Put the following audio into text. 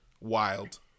Wild